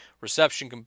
reception